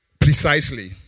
precisely